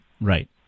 Right